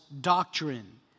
doctrine